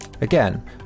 Again